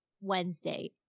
Wednesday